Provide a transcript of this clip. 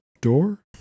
Door